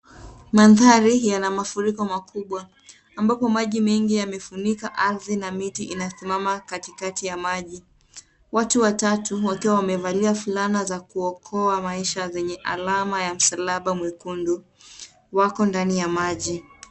Mandhari yana mafuriko makubwa ambapo maji mengi yamefunika ardhi na miti inasimama katikati ya maji. Watu watatu wakiwa wamevalia fulana za kuokoa maisha zenye alama ya msalaba mwekundu wako ndani ya maji.